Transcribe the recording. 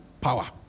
power